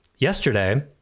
Yesterday